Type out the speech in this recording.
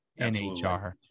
NHR